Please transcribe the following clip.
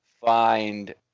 find